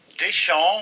Deschamps